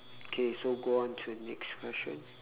K so go on to next question